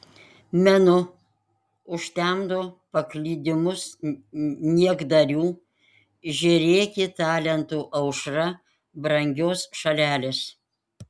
menu užtemdo paklydimus niekdarių žėrėki talentų aušra brangios šalelės